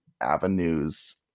avenues